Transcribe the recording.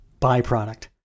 byproduct